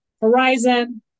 horizon